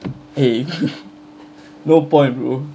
!hey! no point bro